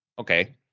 Okay